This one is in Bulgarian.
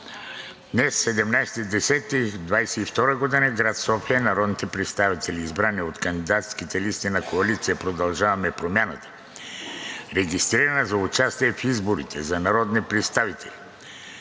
октомври 2022 г., в град София народните представители, избрани от кандидатските листи на Коалиция „Продължаваме Промяната“, регистрирана за участие в изборите за народни представители